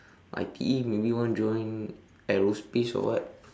I_T_E maybe want to join aerospace or what